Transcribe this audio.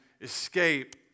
escape